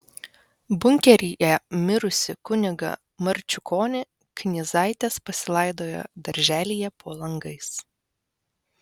bunkeryje mirusį kunigą marčiukonį knyzaitės pasilaidojo darželyje po langais